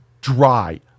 dry